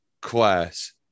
class